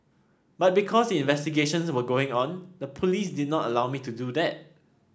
but because the investigations were going on the police did not allow me to do that